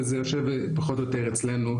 וזה יושב פחות או יותר אצלנו,